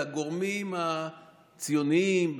הגורמים הציוניים,